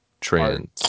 trans